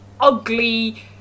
ugly